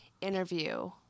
interview